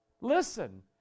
Listen